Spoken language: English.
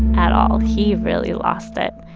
at all. he really lost it.